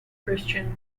christian